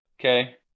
Okay